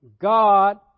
God